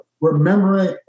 remembering